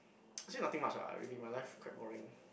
actually nothing much lah really my life quite boring